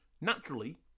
Naturally